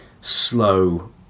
slow